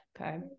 okay